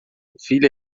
filha